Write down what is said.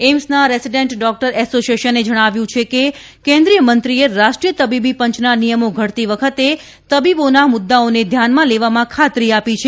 એઇમ્સના resident doctor એસોસિએશને જણાવ્યું છે કે કેન્દ્રિય મંત્રીએ રાષ્ટ્રીય તબીબી પંચના નિયમો ઘડતી વખતે તબીબોના મુદ્દાઓને ધ્યાનમાં લેવામાં ખાતરી આપી છે